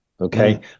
okay